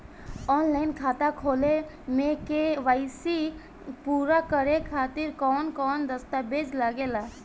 Online खाता खोले में के.वाइ.सी पूरा करे खातिर कवन कवन दस्तावेज लागे ला?